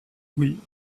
oui